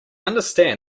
understand